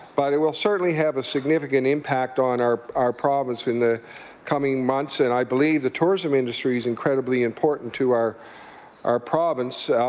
but it will certainly have a significant impact on our our province in the coming months and i believe the tourism industry is incredibly important to our our province